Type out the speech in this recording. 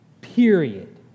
Period